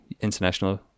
international